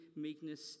meekness